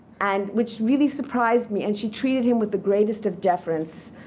and which really surprised me. and she treated him with the greatest of deference.